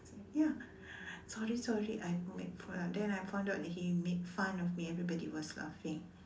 ya sorry sorry I've made fun then I found that he made fun of me everybody was laughing